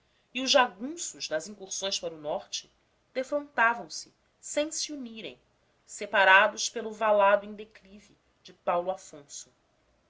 e os jagunços nas incursões para o norte defrontavamse sem se unirem separados pelo valado em declive de paulo afonso